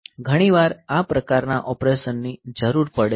ઘણી વાર આ પ્રકારના ઓપરેશન ની જરૂર પડે છે